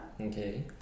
okay